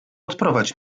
odprowadź